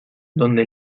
donde